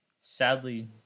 sadly